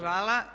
Hvala.